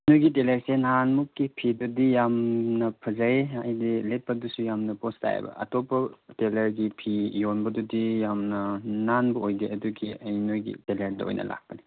ꯅꯣꯏꯒꯤ ꯇꯦꯂꯔꯁꯦ ꯅꯍꯥꯟꯃꯨꯛꯀꯤ ꯐꯤꯗꯨꯗꯤ ꯌꯥꯝꯅ ꯐꯖꯩ ꯍꯥꯏꯗꯤ ꯂꯤꯠꯄꯗꯁꯨ ꯌꯥꯝꯅ ꯄꯣꯁ ꯇꯥꯏꯕ ꯑꯇꯣꯞꯄ ꯇꯦꯂꯔꯒꯤ ꯐꯤ ꯌꯣꯟꯕꯗꯨꯗꯤ ꯌꯥꯝꯅ ꯅꯥꯟꯕ ꯑꯣꯏꯗꯦ ꯑꯗꯨꯒꯤ ꯑꯩ ꯅꯣꯏꯒꯤ ꯇꯦꯂꯔꯗ ꯑꯣꯏꯅ ꯂꯥꯛꯄꯅꯦ